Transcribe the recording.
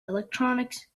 electronics